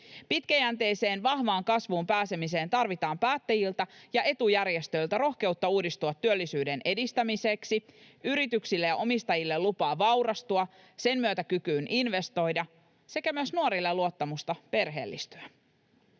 Pitkäjänteiseen, vahvaan kasvuun pääsemiseen tarvitaan päättäjiltä ja etujärjestöiltä rohkeutta uudistua työllisyyden edistämiseksi, yrityksille ja omistajille lupaa vaurastua, sen myötä kykyä investoida sekä myös nuorille luottamusta perheellistyä.